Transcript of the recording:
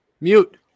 Mute